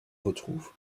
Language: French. retrouvent